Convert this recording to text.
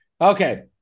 Okay